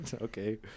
Okay